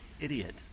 idiot